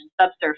subsurface